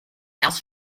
else